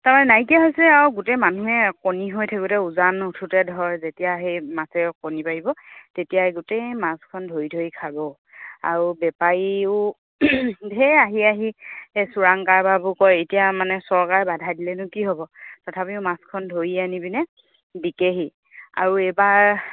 তাৰমানে নাইকিয়া হৈছে আৰু গোটেই মানুহে কণী হৈ থাকোতে উজান উঠোঁতে ধৰ যেতিয়া সেই মাছে কণী পাৰিব তেতিয়াই গোটেই মাছখন ধৰি ধৰি খাব আৰু বেপাৰীও ঢেৰ আহি আহি চোৰাং কাৰবাৰবোৰ কৰে এতিয়া মানে চৰকাৰে বাধা দিলেনো কি হ'ব তথাপিও মাছখন ধৰি আনি পিনে বিকেহি আৰু এইবাৰ